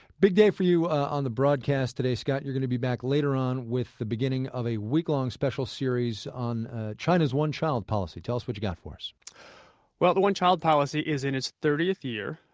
big day for you on the broadcast today, scott. you're going to be back later on with the beginning of a week-long special series on ah china's one-child policy. tell us what you've got for us well, the one-child policy is in its thirtieth year.